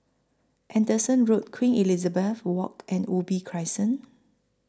Anderson Road Queen Elizabeth Walk and Ubi Crescent